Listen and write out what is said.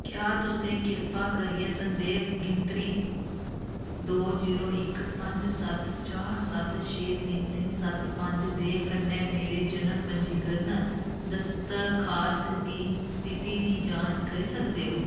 क्या तुसें कृपा करियै संदेव गिनतरी दो जीरो इक पंज सत्त चार सत्त छे तिन्न तिन्न सत्त पंज दे कन्नै मेरे जनम पंजीकरण दसतखास्त दी स्थिति दी जांच करी सकदे ओ